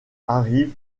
arrive